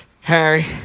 Harry